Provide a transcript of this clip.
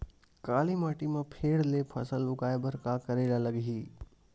काली माटी म फेर ले फसल उगाए बर का करेला लगही?